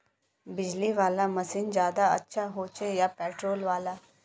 बिजली वाला मशीन ज्यादा अच्छा होचे या पेट्रोल वाला?